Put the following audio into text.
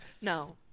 No